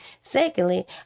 Secondly